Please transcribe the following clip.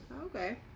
okay